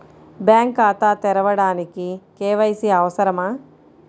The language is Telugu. బ్యాంక్ ఖాతా తెరవడానికి కే.వై.సి అవసరమా?